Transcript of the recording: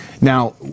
Now